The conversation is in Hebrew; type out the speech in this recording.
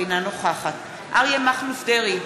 אינה נוכחת אריה מכלוף דרעי,